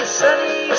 sunny